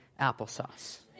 applesauce